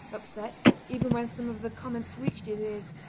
upset even when some of the comments reached his ears.